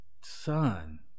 son